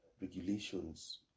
Regulations